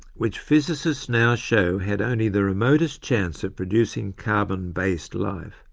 which physicists now show had only the remotest chance of producing carbon-based life,